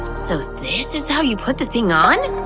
so this is how you put the thing on?